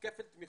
כפל תמיכות,